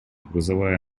грузовая